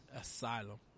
Asylum